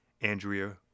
Andrea